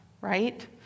right